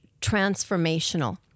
transformational